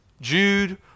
Jude